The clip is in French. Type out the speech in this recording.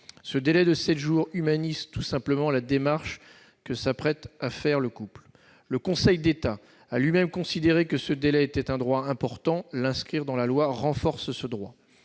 Ce délai de sept jours humanise tout simplement la démarche que s'apprête à faire le couple. Le Conseil d'État a lui-même considéré que ce délai était un droit important. L'inscrire dans la loi renforce ce droit.